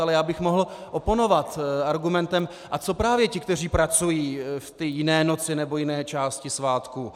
Ale mohl bych oponovat argumentem: A co právě ti, kteří pracují v ty jiné noci nebo jiné části svátků?